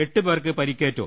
എട്ട് പേർക്ക് പരിക്കേറ്റു